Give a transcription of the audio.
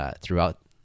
throughout